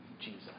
Jesus